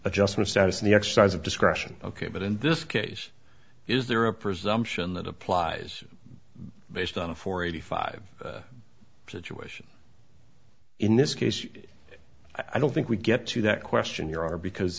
adjustment status in the exercise of discretion ok but in this case is there a presumption that applies based on a four eighty five situation in this case i don't think we get to that question here are because